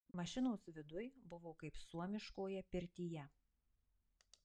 mašinos viduj buvo kaip suomiškoje pirtyje